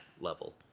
level